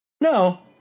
No